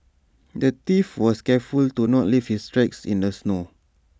the thief was careful to not leave his tracks in the snow